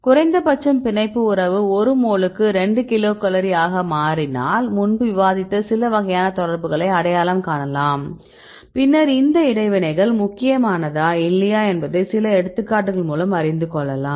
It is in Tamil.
குறைந்தபட்சம் பிணைப்பு உறவு ஒரு மோலுக்கு 2 கிலோகலோரிஆக மாறினால் முன்பு விவாதித்த சில வகையான தொடர்புகளை அடையாளம் காணலாம் பின்னர் இந்த இடைவினைகள் முக்கியமானதா இல்லையா என்பதை சில எடுத்துக்காட்டுகள் மூலம் அறிந்து கொள்ளலாம்